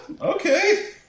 Okay